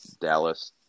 Dallas